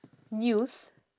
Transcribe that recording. news